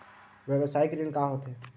व्यवसायिक ऋण का होथे?